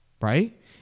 right